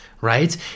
right